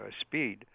speed